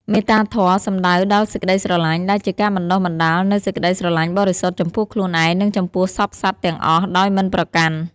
មេត្តាធម៌ សំដៅដល់សេចក្តីស្រឡាញ់ ដែលជាការបណ្ដុះបណ្ដាលនូវសេចក្ដីស្រឡាញ់បរិសុទ្ធ ចំពោះខ្លួនឯង និងចំពោះសព្វសត្វទាំងអស់ ដោយមិនប្រកាន់។